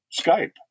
Skype